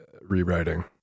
rewriting